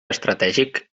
estratègic